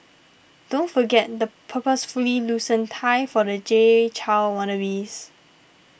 don't forget the purposefully loosened tie for the Jay Chou wannabes